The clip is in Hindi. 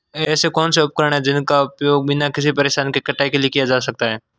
ऐसे कौनसे उपकरण हैं जिनका उपयोग बिना किसी परेशानी के कटाई के लिए किया जा सकता है?